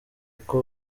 uko